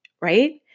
Right